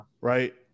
Right